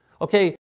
okay